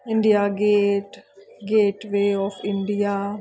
India gate gateway of India